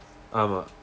ஆமாம்:aamaam